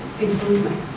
improvement